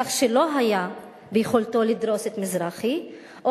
כך שלא היה ביכולתו לדרוס את מזרחי או